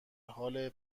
حال